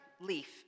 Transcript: leaf